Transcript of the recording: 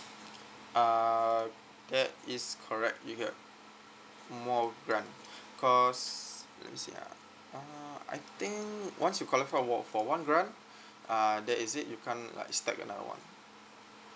uh that is correct you get more grant cause let me see ah uh I think once you collect for for one grant uh that is it you can't like stack another one